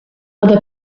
other